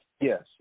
Yes